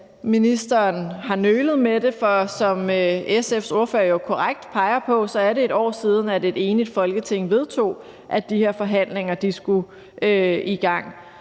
ministeren har nølet med det, for som SF's ordfører korrekt peger på, er det et år siden, at et enigt Folketing vedtog, at de her forhandlinger skulle i gang.